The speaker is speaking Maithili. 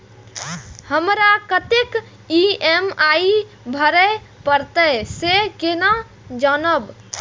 हमरा कतेक ई.एम.आई भरें परतें से केना जानब?